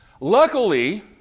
Luckily